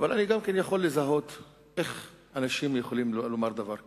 אבל אני גם יכול לזהות איך אנשים יכולים לומר דבר כזה,